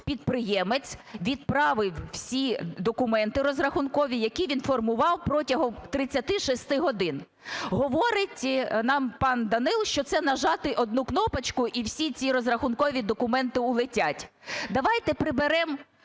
підприємець відправив всі документи розрахункові, які він формував протягом 36 годин. Говорить нам пан Данило, що це нажати одну кнопочку – і всі ці розрахункові документи улетять. Давайте приберемо